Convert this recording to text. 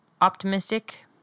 optimistic